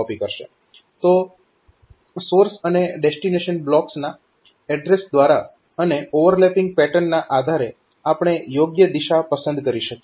તો સંદર્ભ સમય 2249 સોર્સ અને ડેસ્ટીનેશન બ્લોક્સના એડ્રેસ દ્વારા અને ઓવરલેપીંગ પેટર્નના આધારે આપણે યોગ્ય દિશા પસંદ કરી શકીએ